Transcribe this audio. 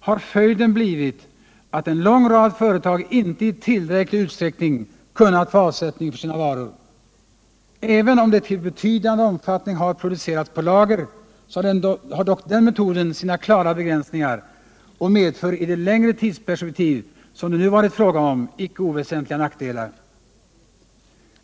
har följden blivit att en lång rad företag inte i tillräcklig utsträckning kunnat få avsättning för sina varor. Även om det i betydande omfattning har producerats på lager har den metoden sina klara begränsningar och medför i det längre tidsperspektiv, som det nu varit fråga om, icke oväsentliga nackdelar.